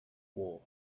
war